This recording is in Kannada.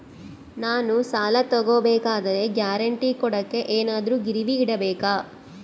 ನಾನು ಸಾಲ ತಗೋಬೇಕಾದರೆ ಗ್ಯಾರಂಟಿ ಕೊಡೋಕೆ ಏನಾದ್ರೂ ಗಿರಿವಿ ಇಡಬೇಕಾ?